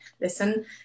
listen